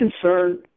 concerned